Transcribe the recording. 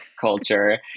culture